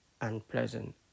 unpleasant